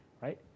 right